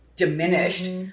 diminished